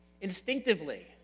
instinctively